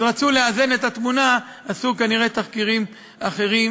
אז רצו לאזן את התמונה, עשו כנראה תחקירים אחרים.